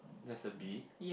that's a bee